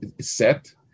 set